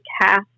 cast